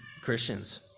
Christians